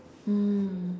mm